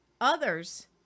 others